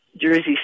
Jersey